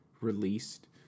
released